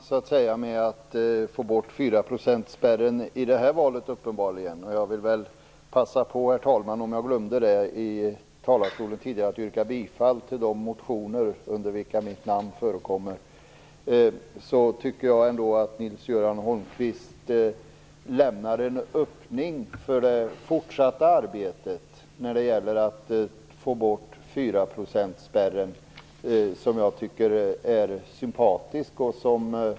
Herr talman! Trots att vi inte får igenom förslaget om att fyraprocentsspärren skall tas bort i det här valet tycker jag att Nils-Göran Holmqvist lämnar en öppning inför det fortsatta arbetet. Det är sympatiskt.